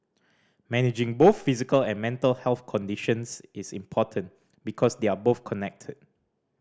managing both physical and mental health conditions is important because they are both connected